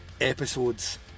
episodes